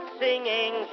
singing